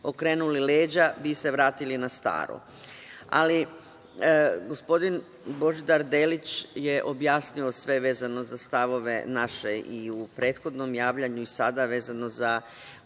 okrenuli leđa, vi se vratili na staro. Ali, gospodin Božidar Delić je objasnio sve vezano za stavove naše, i u prethodnom javljanju i sada, vezano za